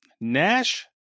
Nash